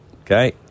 Okay